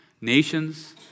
nations